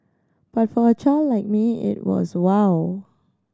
but for a child like me it was wow